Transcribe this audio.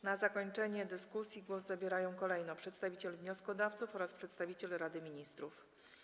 Na zakończenie dyskusji głos zabierają kolejno przedstawiciel wnioskodawców oraz przedstawiciel Rady Ministrów.